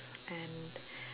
and